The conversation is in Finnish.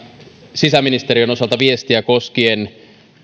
sisäministeriön osalta viestiä koskien